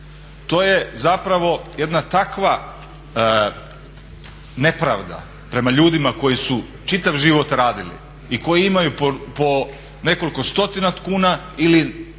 To je zapravo jedna takva nepravda prema ljudima koji su čitav život radili i koji imaju po nekoliko stotina kuna ili čak